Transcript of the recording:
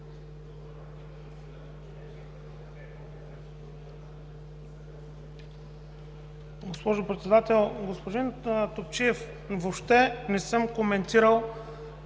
Госпожо Председател! Господин Топчиев, въобще не съм коментирал